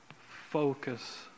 focus